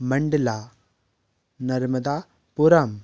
Mandla Narmadapuram